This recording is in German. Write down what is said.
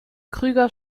krüger